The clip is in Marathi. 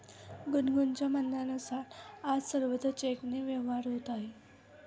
गुनगुनच्या म्हणण्यानुसार, आज सर्वत्र चेकने व्यवहार होत आहे